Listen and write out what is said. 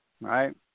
right